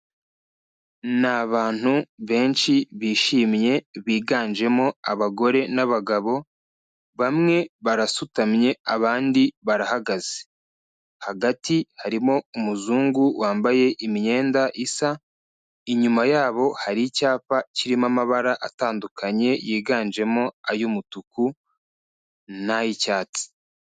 Ni abantu benshi bishimye biganjemo abagore n'abagabo, bamwe barasutamye abandi barahagaze, hagati harimo umuzungu wambaye imyenda isa, inyuma yabo hari icyapa kirimo amabara atandukanye, yiganjemo ay'umutuku n'ay'icyatsi.